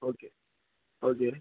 okay okay